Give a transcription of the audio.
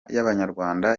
y’abanyarwanda